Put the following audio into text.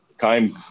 time